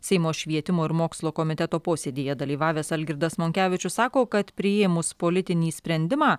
seimo švietimo ir mokslo komiteto posėdyje dalyvavęs algirdas monkevičius sako kad priėmus politinį sprendimą